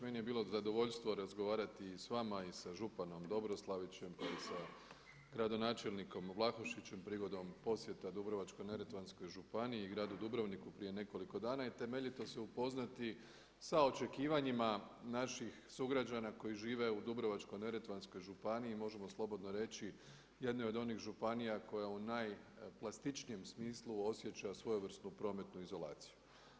Meni je bilo zadovoljstvo razgovarati i s vama i sa županom Dobroslavićem kao i sa gradonačelnikom Vlahušićem prigodom posjeta Dubrovačko-neretvanskoj županiji i gradu Dubrovniku prije nekoliko dana i temeljito se upoznati sa očekivanjima naših sugrađana koji žive u Dubrovačko-neretvanskoj županiji i možemo slobodno reći jednih od onih županija koja u najplastičnijem smislu osjeća svojevrsnu prometnu izolaciju.